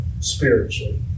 spiritually